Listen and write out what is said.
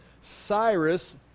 Cyrus